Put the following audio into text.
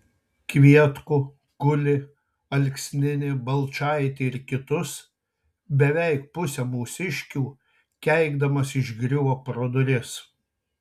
kvietkų kulį alksninį balčaitį ir kitus beveik pusę mūsiškių keikdamas išgriuvo pro duris